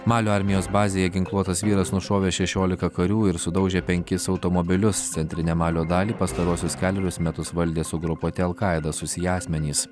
malio armijos bazėje ginkluotas vyras nušovė šešiolika karių ir sudaužė penkis automobilius centrinę malio dalį pastaruosius kelerius metus valdė su grupuote alkaida susiję asmenys